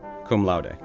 cum laude,